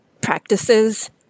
practices